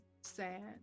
sad